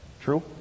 True